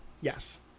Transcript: Yes